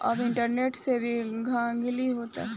अब इंटरनेट से भी धांधली होता